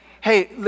hey